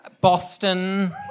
Boston